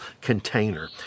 container